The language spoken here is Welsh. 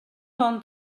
ond